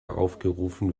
aufgerufen